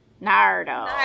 Nardo